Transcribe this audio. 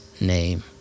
name